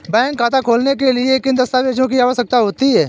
Bank खाता खोलने के लिए किन दस्तावेजों की आवश्यकता होती है?